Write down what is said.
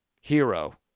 hero